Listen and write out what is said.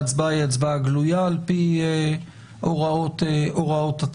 ההצבעה היא הצבעה גלויה על פי הוראות התקנון.